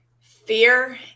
Fear